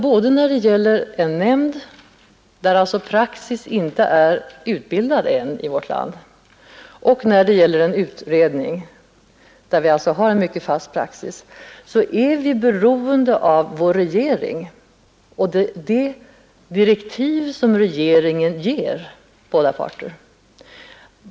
Både när det gäller en nämnd, där alltså praxis ännu inte är utbildad i vårt land, och när det gäller en utredning, där vi har en mycket fast praxis, är vi beroende av vår regering och de direktiv som regeringen ger till båda parter.